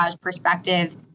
perspective